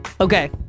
Okay